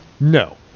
No